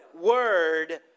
word